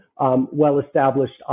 well-established